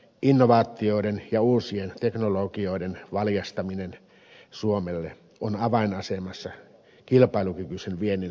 innovaatioiden ja uusien teknologioiden valjastaminen suomelle on avainasemassa kilpailukykyisen viennin suhteen